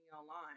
online